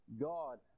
God